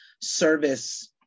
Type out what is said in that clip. service